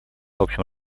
общем